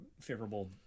favorable